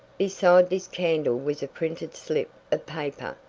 beside this candle was a printed slip of paper.